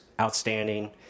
outstanding